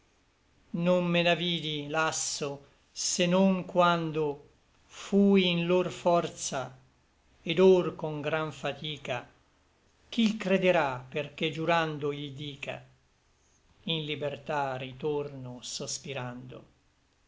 non me n'avidi lasso se non quando fui in lor forza et or con gran fatica chi l crederà perché giurando i l dica in libertà ritorno sospirando